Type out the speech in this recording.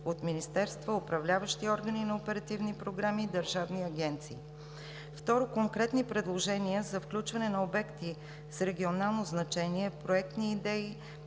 от министерства, управляващи органи на оперативни програми и държавни агенции. Второ, конкретни предложения за включване на обекти с регионално значение, проектни идеи